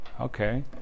okay